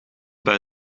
bij